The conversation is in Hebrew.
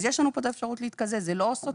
אז יש לנו פה את האפשרות להתקזז, זה לא סותר.